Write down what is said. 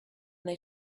they